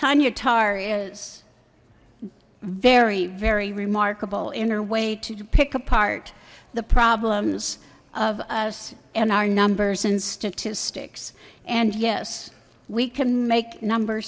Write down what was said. tania tarr is very very remarkable in a way to pick apart the problems of us and our numbers and statistics and yes we can make number